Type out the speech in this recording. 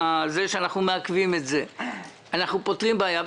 מזה שאנחנו מעכבים אותו אנחנו פותרים בעיה,